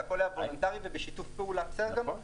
זה הכול היה וולונטרי ובשיתוף פעולה בסדר גמור,